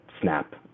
snap